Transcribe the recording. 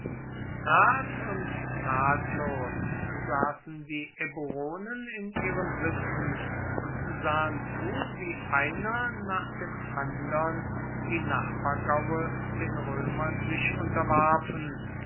rat und tatlos saßen die eburonen in ihren hütten und sahen zu wie einer nach dem andern die nachbargaue den römern sich unterwarfen